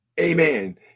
Amen